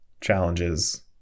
challenges